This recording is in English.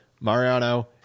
Mariano